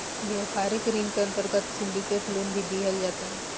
व्यापारिक ऋण के अंतर्गत सिंडिकेट लोन भी दीहल जाता